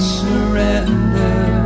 surrender